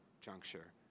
juncture